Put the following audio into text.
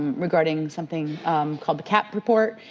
regarding something called the cap report,